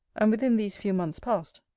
and within these few months past,